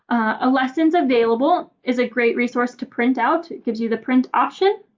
ah lessons available is a great resource to print out. it gives you the print option.